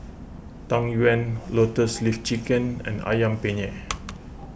Tang Yuen Lotus Leaf Chicken and Ayam Penyet